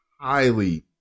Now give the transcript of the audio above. highly